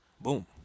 Boom